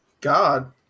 God